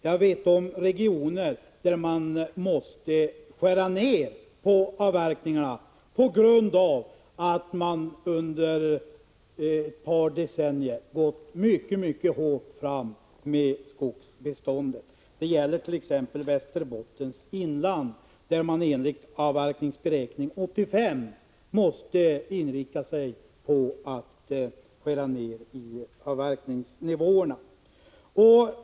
Jag känner till regioner där man måste skära ned på avverkningarna på grund av att man under ett par decennier gått mycket hårt fram med skogsbeståndet. Det gäller t.ex. Västerbottens inland, där man enligt Avverkningsberäkning 85 måste inrikta sig på att skära ned på avverkningsnivåerna.